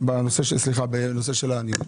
בנושא הניוד.